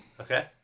Okay